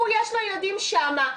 יש לו ילדים שם,